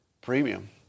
Premium